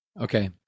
Okay